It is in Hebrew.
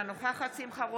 אינה נוכחת שמחה רוטמן,